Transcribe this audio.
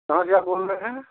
कहाँ से आप बोल रहे हैं